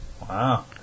Wow